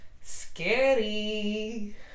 scary